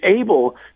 able